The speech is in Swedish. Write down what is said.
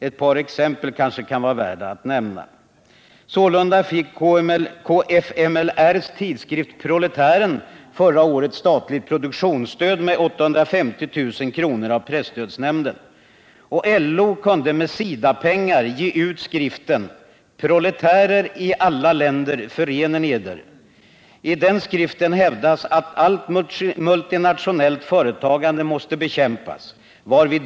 Ett par exempel kan vara värda att nämna. Sålunda fick KPML:s tidskrift Proletären förra året statligt produktionsstöd med 850 000 kr. av presstödsnämnden. Och LO kunde med SIDA pengar ge ut skriften ”Proletärer i alla länder förenen Eder”. I den skriften hävdas att allt multinationellt företagande måste bekämpas.